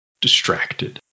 distracted